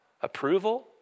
Approval